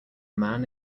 man